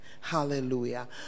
Hallelujah